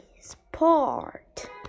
sport